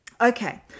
Okay